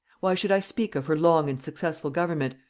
why should i speak of her long and successful government,